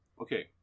Okay